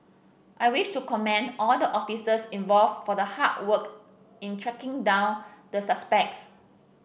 I wish to commend all the officers involved for the hard work in tracking down the suspects